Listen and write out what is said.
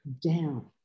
Down